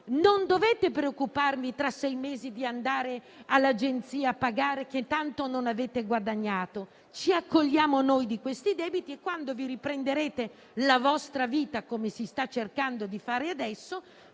non dovrete preoccuparvi tra sei mesi di andare all'Agenzia a pagare, visto che non avete guadagnato. Ci accolliamo noi i debiti e, quando vi riprenderete la vostra vita, come si sta cercando di fare adesso,